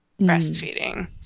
breastfeeding